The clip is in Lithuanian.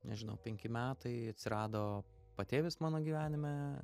nežinau penki metai atsirado patėvis mano gyvenime